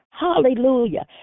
hallelujah